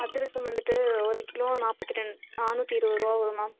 அதிரசம் வந்துவிட்டு ஒரு கிலோ நாற்பத்திரெண் நானூற்றி இருபது ரூபா வரும் மேம்